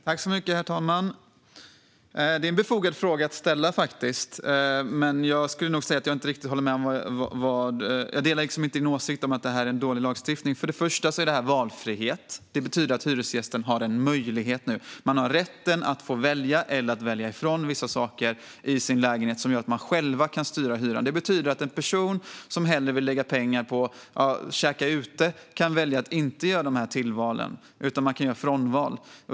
Herr talman! Det är en befogad fråga att ställa. Men jag delar inte din åsikt om att det är en dålig lagstiftning, Momodou Malcolm Jallow. Till att börja med handlar det om valfrihet. Hyresgästen får nu en möjlighet. Man får rätt att välja till eller välja från vissa saker i sin lägenhet så att man själv kan styra hyran. Det betyder att en person som hellre vill lägga pengar på att till exempel käka ute kan välja att inte göra tillvalen utan kan göra frånval.